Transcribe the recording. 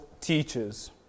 teachers